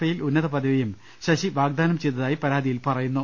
I യിൽ ഉന്നത പദവിയും ശശി വാഗ്ദാനം ചെയ്തതായി പരാതിയിൽ പറയുന്നു